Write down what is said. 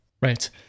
Right